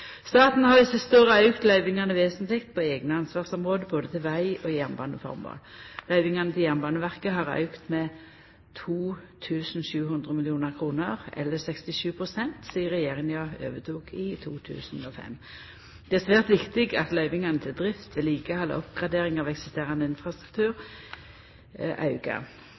Staten har dei siste åra auka løyvingane vesentleg på eigne ansvarsområde, både til veg- og jernbaneformål. Løyvingane til Jernbaneverket har auka med 2 700 mill. kr – 67 pst. – sidan regjeringa overtok i 2005. Det er svært viktig at løyvingane til drift, vedlikehald og oppgradering av eksisterande infrastruktur